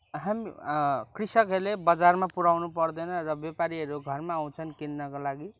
हामी कृषकहरूले बजारमा पुऱ्याउनु पर्दैन र व्यापारीहरू घरमा आउँछन् किन्नको लागि